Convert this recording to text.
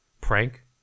prank